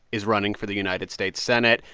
is running for the united states senate.